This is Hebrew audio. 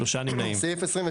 הצבעה בעד 4 נמנעים 3 אושר.